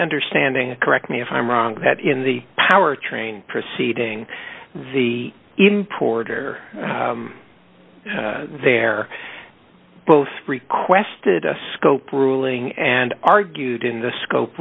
understanding is correct me if i'm wrong that in the power train preceding the importer they're both requested a scope ruling and argued in the scope